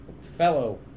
fellow